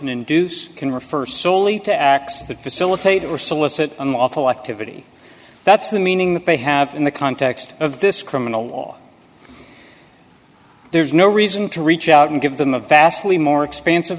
induce can refer solely to acts that facilitate or solicit unlawful activity that's the meaning that they have in the context of this criminal law there's no reason to reach out and give them a vastly more expansive